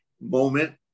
moment